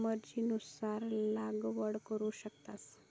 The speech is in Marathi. मर्जीनुसार लागवड करू शकतास